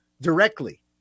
directly